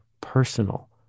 personal